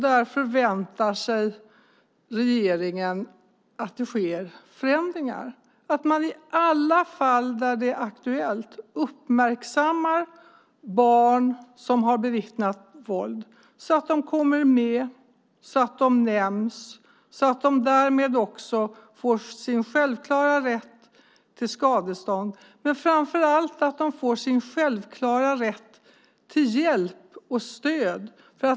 Där förväntar sig regeringen att det sker förändringar, att man i alla fall där det är aktuellt uppmärksammar barn som har bevittnat våld så att de kommer med, så att de nämns, så att de därmed också får sin självklara rätt till skadestånd, men framför allt att de får sin självklara rätt till hjälp och stöd.